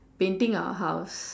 painting our house